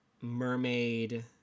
mermaid